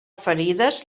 ferides